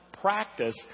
Practice